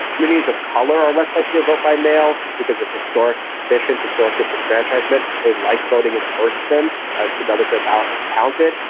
communities of color are less likely to vote by mail because of historic suspicions, historic disenfranchisement. they like voting at cent ah to know that their ballot was counted.